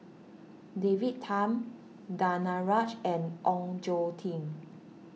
David Tham Danaraj and Ong Tjoe Kim